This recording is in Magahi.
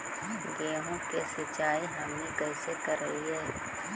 गेहूं के सिंचाई हमनि कैसे कारियय?